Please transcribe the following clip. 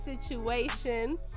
situation